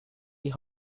die